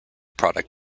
product